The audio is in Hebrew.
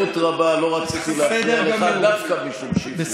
בסבלנות רבה לא רציתי להפריע לך דווקא משום שהפריעו לך.